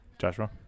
joshua